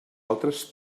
altres